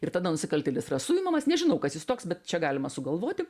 ir tada nusikaltėlis yra suimamas nežinau kas jis toks bet čia galima sugalvoti